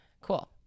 cool